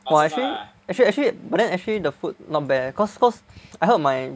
!wah! actually actually but then actually the food not bad eh cause cause I heard my